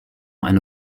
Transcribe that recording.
eine